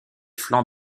flancs